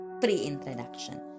pre-introduction